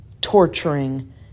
torturing